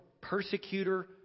persecutor